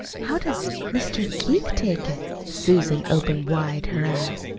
how does mr. keith take it? susan opened wide her eyes.